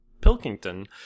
pilkington